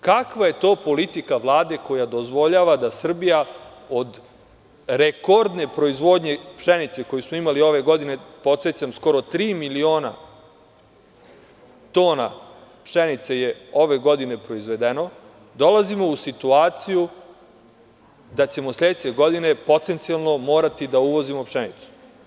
Kakva je to politika Vlade koja dozvoljava da Srbija od rekordne proizvodnje pšenice koju smo imali ove godine, podsećam, skoro 3.000.000 tona pšenice je ove godine proizvedeno, dolazimo u situaciju da ćemo sledeće godine potencijalno morati da uvozimo pšenicu?